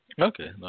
Okay